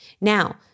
Now